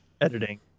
editing